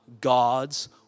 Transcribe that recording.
God's